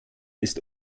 ist